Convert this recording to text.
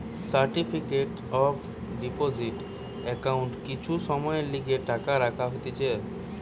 certificate of deposit একাউন্টে কিছু সময়ের লিগে টাকা রাখা হতিছে